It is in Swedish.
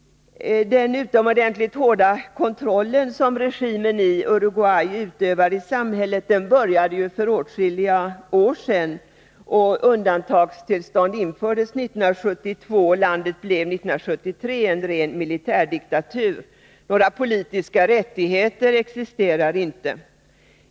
Den utomordentligt hårda kontroll som regimen i Uruguay utövar i samhället började för åtskilliga år sedan. Undantagstillstånd infördes 1972, och 1973 blev landet en ren militärdiktatur. Några politiska rättigheter existerar inte.